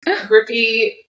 grippy